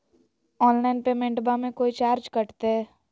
Online पेमेंटबां मे कोइ चार्ज कटते?